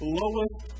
lowest